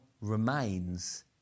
remains